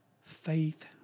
faith